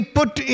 put